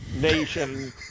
nation